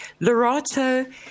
Lorato